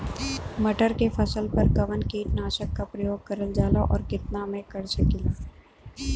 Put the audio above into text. मटर के फसल पर कवन कीटनाशक क प्रयोग करल जाला और कितना में कर सकीला?